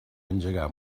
engegar